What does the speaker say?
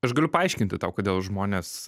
aš galiu paaiškinti tau kodėl žmonės